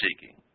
seeking